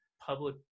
public